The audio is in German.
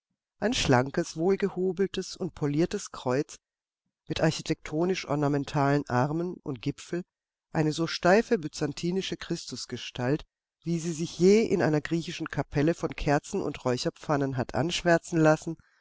ein schlankes wohlgehobeltes und poliertes kreuz mit architektonisch ornamentalen armen und gipfel eine so steife byzantinische christusgestalt wie sie sich je in einer griechischen kapelle von kerzen und räucherpfannen hat anschwärzen lassen